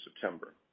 September